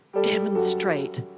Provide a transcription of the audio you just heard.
demonstrate